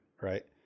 right